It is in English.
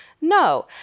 No